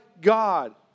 God